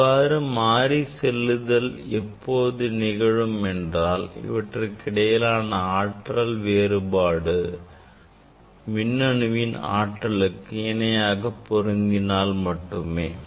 இவ்வாறு மாறி செல்லுதல் எப்போது நிகழும் என்றால் இவற்றுக்கிடையிலான ஆற்றல் வேறுபாடு மின்னணுவின் ஆற்றலுக்கு இணையாக பொருந்தினால் மட்டுமே